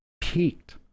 peaked